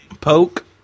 Poke